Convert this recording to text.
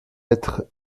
êtres